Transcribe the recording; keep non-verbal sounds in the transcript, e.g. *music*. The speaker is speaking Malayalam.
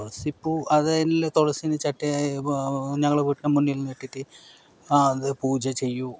തുളസി പൂ അതല്ലേ തുളസിയിലെ *unintelligible* ഞങ്ങളുടെ വീട്ടിനു മുന്നിൽ നിന്ന് കിട്ടി അത് പൂജ ചെയ്യു